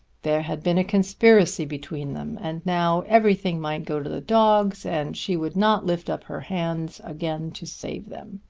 there had been a conspiracy between them, and now everything might go to the dogs, and she would not lift up her hands again to save them.